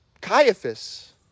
Caiaphas